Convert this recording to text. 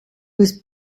was